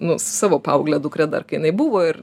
nu su savo paaugle dukra dar kai jinai buvo ir